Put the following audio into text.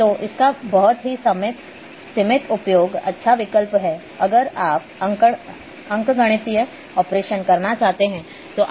तो इसका बहुत ही सीमित उपयोग अच्छा विकल्प है अगर आप अंकगणितीय ऑपरेशन करना चाहते हैं तो